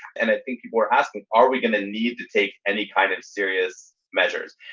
and i think people were asking, are we going to need to take any kind of serious measures?